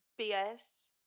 BS